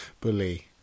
bully